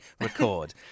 record